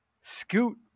scoot